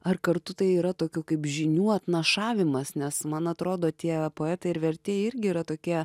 ar kartu tai yra tokių kaip žinių atnašavimas nes man atrodo tie poetai ir vertėjai irgi yra tokie